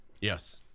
Yes